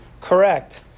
correct